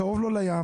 קרוב לו לים,